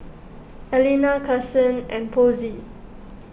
Alena Kasen and Posey